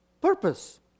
purpose